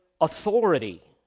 authority